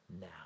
now